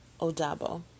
Odabo